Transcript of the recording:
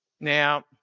Now